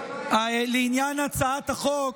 לעניין הצעת החוק,